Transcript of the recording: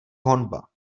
honba